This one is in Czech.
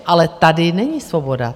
Ale tady není svoboda.